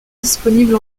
disponible